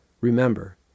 Remember